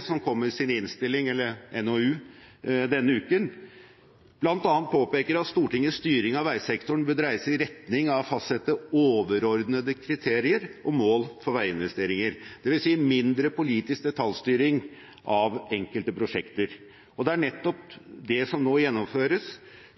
som kom med sin innstilling, en NOU, denne uken, bl.a. påpeker at Stortingets styring av veisektoren bør dreies i retning av å fastsette overordnede kriterier og mål for veiinvesteringer, dvs. mindre politisk detaljstyring av enkelte prosjekter. Det er nettopp det som nå gjennomføres,